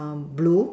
blue